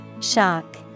Shock